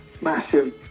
massive